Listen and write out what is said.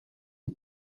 die